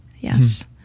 yes